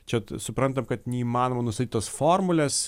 čiat suprantam kad neįmanoma nustatyt tos formulės